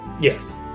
Yes